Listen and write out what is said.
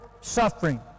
suffering